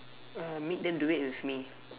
uh make them do it with me